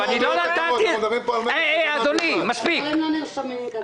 כעת, מספיק.